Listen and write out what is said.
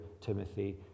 Timothy